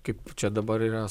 kaip čia dabar yra